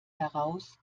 heraus